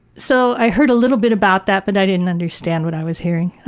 so, i heard a little bit about that but i didn't understand what i was hearing.